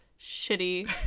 shitty